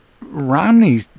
Romney